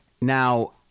Now